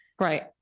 Right